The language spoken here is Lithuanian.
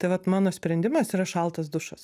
tai vat mano sprendimas yra šaltas dušas